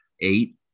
eight